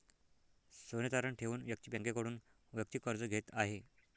सोने तारण ठेवून व्यक्ती बँकेकडून वैयक्तिक कर्ज घेत आहे